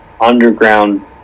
underground